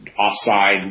offside